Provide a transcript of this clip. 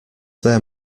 there